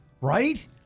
right